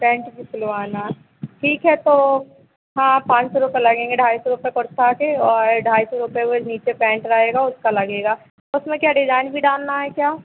pant भी सिलवाना है ठीक है तो हाँ पाँच सौ रुपये लगेंगे ढाई सौ रुपये कुर्ता के और ढाई सौ रुपये वही नीचे पैन्ट रहेगा उसका लगेगा उसमें क्या डिज़ाइन भी डालना है क्या